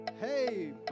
Hey